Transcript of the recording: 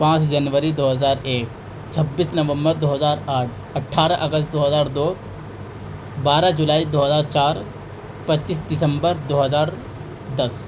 پانچ جنوری دو ہزار ایک چھبیس نومبر دو ہزار آٹھ اٹھارہ اگست دو ہزار دو بارہ جولائی دو ہزار چار پچیس دسمبر دو ہزار دس